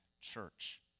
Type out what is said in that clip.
church